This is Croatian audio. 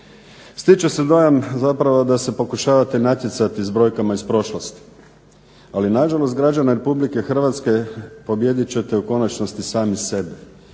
Stiče se dojam da se pokušavate natjecati brojkama iz prošlosti, ali građani RH pobijedit ćete u konačnosti sami sebe.